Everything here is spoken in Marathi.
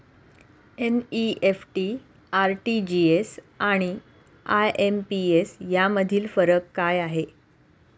एन.इ.एफ.टी, आर.टी.जी.एस आणि आय.एम.पी.एस यामधील फरक काय आहे?